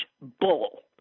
bull